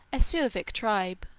a suevic tribe,